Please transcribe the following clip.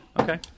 Okay